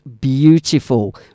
beautiful